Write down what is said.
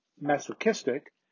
masochistic